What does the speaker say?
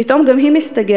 פתאום גם היא מסתגרת.